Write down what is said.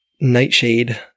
nightshade